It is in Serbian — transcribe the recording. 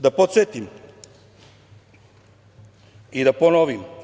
Da posetim i da ponovim.